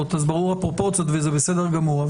אז הפרופורציות ברורות וזה בסדר גמור.